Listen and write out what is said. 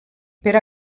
per